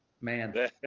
man